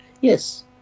Yes